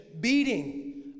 beating